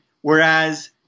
Whereas